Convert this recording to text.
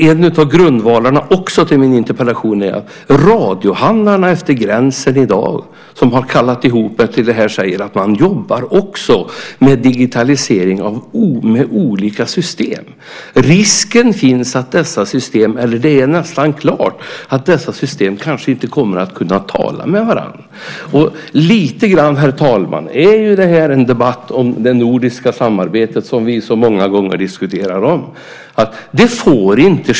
En av grundvalarna till min interpellation är också att radiohandlarna efter gränsen säger att man jobbar med digitalisering med olika system. Risken finns - det är nästan klart - att dessa system kanske inte kommer att kunna tala med varandra. Det får inte ske. I någon mån, herr talman, är det här en debatt om det nordiska samarbetet, som vi så många gånger diskuterar.